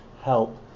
help